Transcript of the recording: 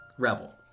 Rebel